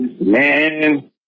Man